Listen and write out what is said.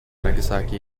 nagasaki